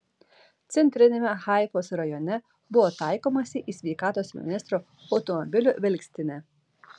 centriniame haifos rajone buvo taikomasi į sveikatos ministro automobilių vilkstinę